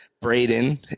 Braden